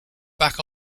back